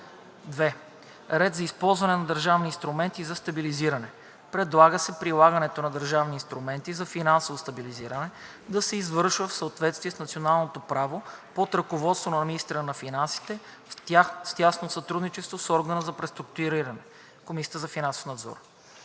2. Ред за използване на държавни инструменти за стабилизиране: Предлага се прилагането на държавни инструменти за финансово стабилизиране да се извършва в съответствие с националното право под ръководството на министъра на финансите в тясно сътрудничество с органа за преструктуриране – КФН. Компетентните